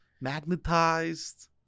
Magnetized